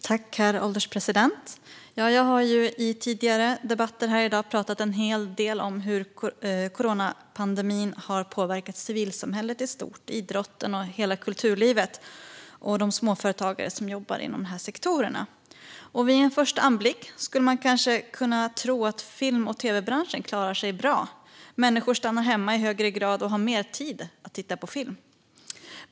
Herr ålderspresident! Jag har i tidigare debatter här i dag pratat en hel del om hur coronapandemin har påverkat civilsamhället i stort, idrotten och hela kulturlivet och de småföretagare som jobbar inom dessa sektorer. Vid en första anblick skulle man kanske kunna tro att film och tv-branschen klarar sig bra. Människor stannar hemma i högre grad och har mer tid att titta på film.